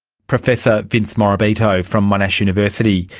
professor vince morabito from monash university,